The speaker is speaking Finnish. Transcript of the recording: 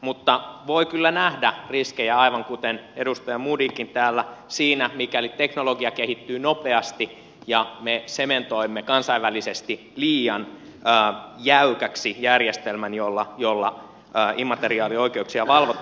mutta voi kyllä nähdä riskejä aivan kuten edustaja modigkin täällä siinä mikäli teknologia kehittyy nopeasti ja me sementoimme kansainvälisesti liian jäykäksi järjestelmän jolla immateriaalioikeuksia valvotaan